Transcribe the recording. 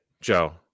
Joe